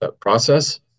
process